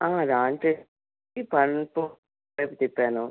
అది ఆన్ చేసి తిప్పాను